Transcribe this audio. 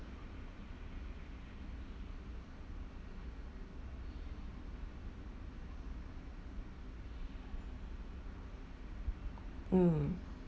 mm